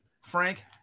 Frank